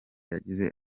yagize